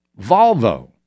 Volvo